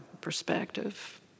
perspective